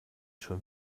schon